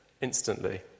instantly